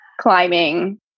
climbing